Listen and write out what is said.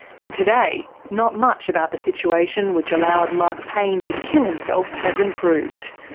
and today, not much about the situation which allowed mark payne to kill himself has improved.